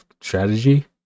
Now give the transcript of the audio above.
Strategy